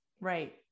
Right